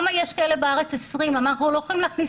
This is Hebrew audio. יש כאלה בארץ 20. אנחנו לא יכולים להכניס